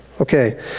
Okay